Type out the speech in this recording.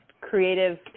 creative